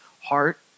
heart